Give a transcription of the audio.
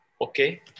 Okay